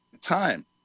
time